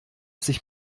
sich